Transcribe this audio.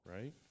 Right